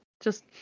Just-